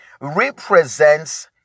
represents